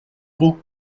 gros